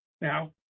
Now